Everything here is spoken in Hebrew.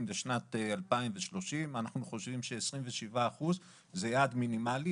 לשנת 2030. אנחנו חושבים ש-27 אחוזים זה יעד מינימלי,